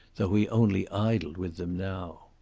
though he only idled with them now.